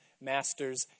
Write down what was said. masters